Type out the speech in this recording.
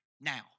now